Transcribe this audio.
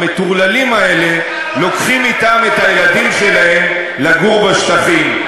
המטורללים האלה לוקחים אתם את הילדים שלהם לגור בשטחים.